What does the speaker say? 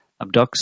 abducts